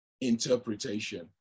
interpretation